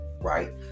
right